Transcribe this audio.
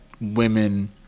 women